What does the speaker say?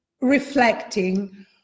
reflecting